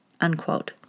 unquote